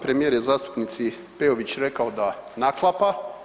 Premijer je zastupnici Peović rekao da naklapa.